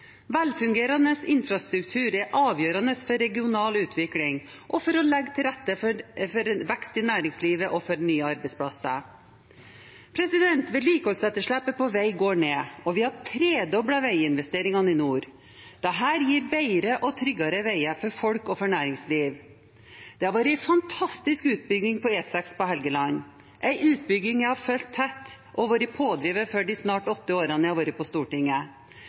Velfungerende infrastruktur er avgjørende for regional utvikling og for å legge til rette for vekst i næringslivet og for nye arbeidsplasser. Vedlikeholdsetterslepet på vei går ned, og vi har tredoblet veiinvesteringene i nord. Dette gir bedre og tryggere veier for folk og for næringsliv. Det har vært en fantastisk utbygging av E6 på Helgeland – en utbygging jeg har fulgt tett og vært pådriver for de snart åtte årene jeg har vært på Stortinget.